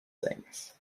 things